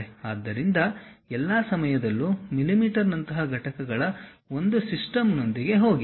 ಆದ್ದರಿಂದ ಎಲ್ಲಾ ಸಮಯದಲ್ಲೂ mm ನಂತಹ ಘಟಕಗಳ ಒಂದು ಸಿಸ್ಟಮ್ ನೊಂದಿಗೆ ಹೋಗಿ